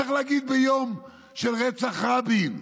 את זה צריך להגיד ביום של רצח רבין.